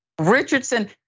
Richardson